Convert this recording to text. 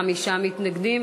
חמישה מתנגדים,